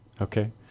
Okay